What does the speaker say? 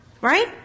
Right